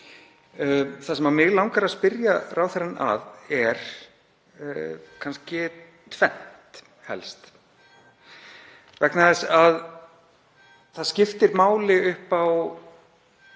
Það sem mig langar að spyrja ráðherra að er kannski helst tvennt. Það skiptir máli upp á